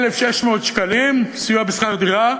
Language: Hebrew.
1,600 שקלים סיוע בשכר דירה,